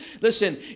Listen